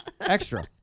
extra